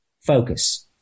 focus